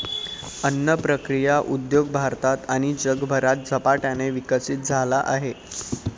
अन्न प्रक्रिया उद्योग भारतात आणि जगभरात झपाट्याने विकसित झाला आहे